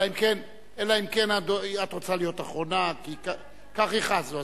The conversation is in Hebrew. אלא אם כן את רוצה להיות אחרונה, כי כך הכרזנו.